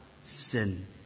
sin